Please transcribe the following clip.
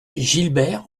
gilbert